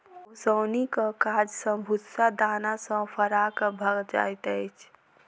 ओसौनीक काज सॅ भूस्सा दाना सॅ फराक भ जाइत अछि